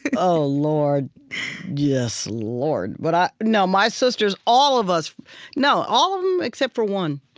oh, lord yes, lord. but no, my sisters all of us no, all of them except for one,